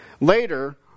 Later